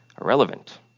irrelevant